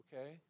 Okay